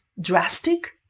drastic